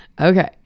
Okay